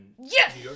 yes